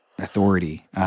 authority